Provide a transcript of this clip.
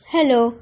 Hello